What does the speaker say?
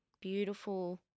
beautiful